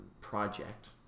project